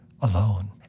alone